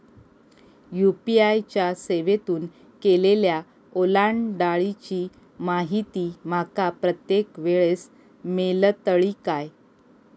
UPI च्या सेवेतून केलेल्या ओलांडाळीची माहिती माका प्रत्येक वेळेस मेलतळी काय?